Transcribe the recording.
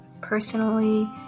personally